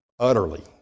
Utterly